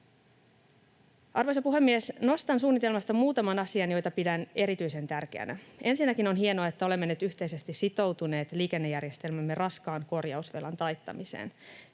Arvoisa puhemies! Nostan suunnitelmasta muutaman asian, joita pidän erityisen tärkeänä. Ensinnäkin on hienoa, että olemme nyt yhteisesti sitoutuneet liikennejärjestelmämme raskaan korjausvelan taittamiseen.